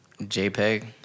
JPEG